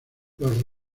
los